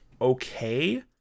okay